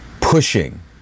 pushing